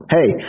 Hey